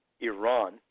Iran